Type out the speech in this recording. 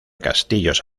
castillos